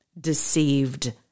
deceived